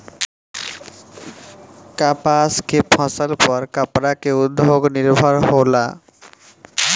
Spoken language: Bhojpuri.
कपास के फसल पर कपड़ा के उद्योग निर्भर होला